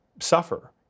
Suffer